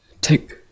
Take